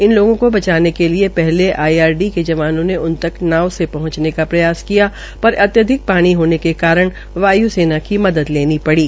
इन लोगों को बचाने के लिए पइले आईआरडी के जवानों ने उन तक नाव से पहंचने का प्रयास किया पर अत्यधिक पानी होने के कारण वाय् सेना की मदद लेनी पड़ी